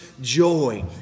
joy